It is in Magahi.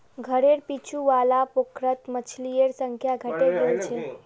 घरेर पीछू वाला पोखरत मछलिर संख्या घटे गेल छ